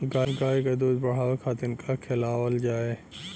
गाय क दूध बढ़ावे खातिन का खेलावल जाय?